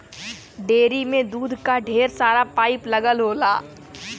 dairy में दूध क ढेर सारा पाइप लगल होला